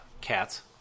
cats